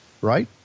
right